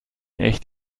echt